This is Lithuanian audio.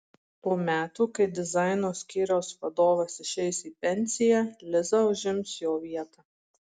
po metų kai dizaino skyriaus vadovas išeis į pensiją liza užims jo vietą